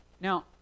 now